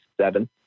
seven